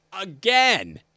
Again